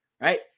right